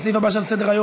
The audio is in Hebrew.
לסעיף הבא שעל סדר-היום,